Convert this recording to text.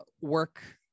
work